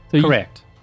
Correct